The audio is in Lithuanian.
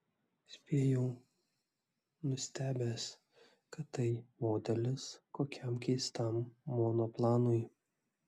spėjau nustebęs kad tai modelis kokiam keistam monoplanui